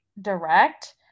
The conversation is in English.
direct